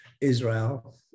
Israel